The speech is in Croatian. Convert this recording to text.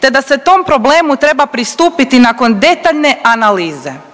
te da se tom problemu treba pristupiti nakon detaljne analize,